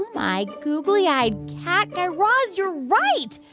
my googly-eyed cat, guy raz, you're right.